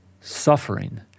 suffering